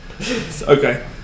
Okay